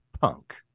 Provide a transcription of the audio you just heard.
punk